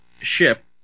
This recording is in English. ship